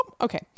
okay